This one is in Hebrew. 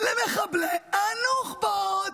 למחבלי הנוחבות.